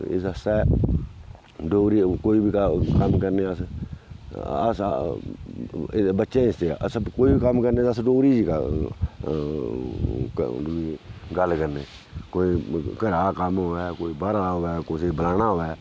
ते एह्दे आस्तै डोगरी कोई बी कम्म करने अस अस बच्चे अस कोई बी कम्म करने ते अस डोगरी च गै गल्ल करने कोई घरा दा कम्म होऐ कोई बाह्रा दा होऐ कुसै बलाना होऐ